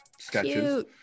sketches